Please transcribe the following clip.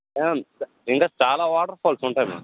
ma'am ఇంకా చాలా waterfalls ఉంటాయి మ్యామ్